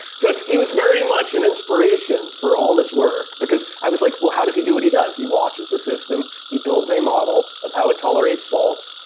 so he was very much an inspiration for all this work, because i was like, well, how does he do what he does? he watches the system. he builds a model of how it tolerates faults,